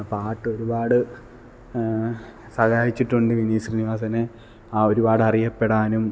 പാട്ട് ഒരുപാട് സഹായിച്ചിട്ടുണ്ട് വിനീത് ശ്രീനിവാസനെ ആ ഒരുപാട് അറിയപ്പെടാനും